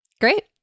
Great